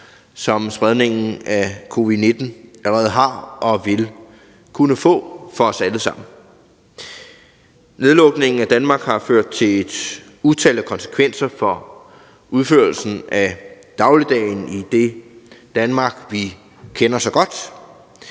som spredningen af covid-19 allerede har og vil kunne få for os alle sammen. Nedlukningen af Danmark har ført til et utal af konsekvenser for udførelsen af dagligdagen i det Danmark, vi kender så godt.